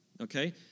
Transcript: Okay